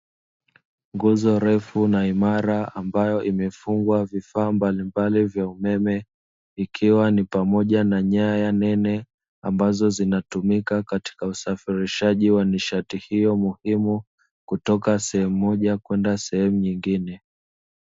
Nguzo ndefu na imara ambayo imefungwa vifaa mbalimbali vya umeme ikiwa ni pamoja na nyaya nene ambazo zinatumika katika usafirishaji wa nishati hiyo muhimu kutoka sehemu moja kwenda sehemu nyingine.